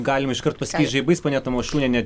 galim iškart pasikeist žaibais ponia tamašūniene